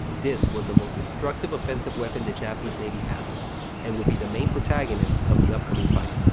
this was the most destructive offensive weapon the japanese navy had and would be the main protagonists of the upcoming fight.